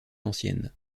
ancienne